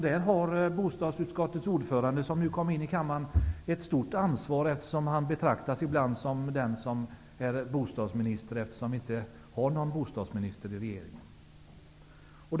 Där har bostadsutskottets ordförande ett stort ansvar, eftersom han ibland betraktas som bostadsminister, då det inte finns någon sådan i regeringen.